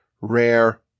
rare